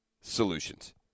solutions